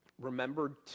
remembered